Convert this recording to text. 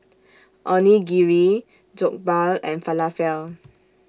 Onigiri Jokbal and Falafel